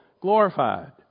glorified